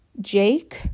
Jake